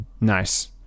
Nice